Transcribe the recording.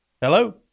Hello